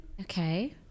Okay